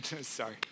sorry